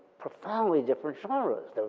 profoundly different genres.